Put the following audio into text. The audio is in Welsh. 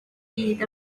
byd